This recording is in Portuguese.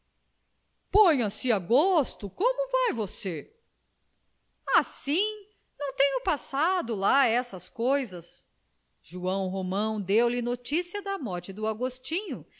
a gosto como vai você assim não tenho passado lá essas coisas joão romão deu-lhe noticia da morte do agostinho